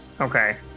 Okay